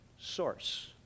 source